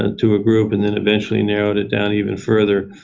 and to a group and then eventually narrowed it down even further,